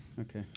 Okay